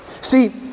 see